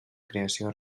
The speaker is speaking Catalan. creació